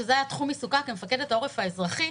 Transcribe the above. שזה היה תחום עיסוקה כמפקדת העורף האזרחי,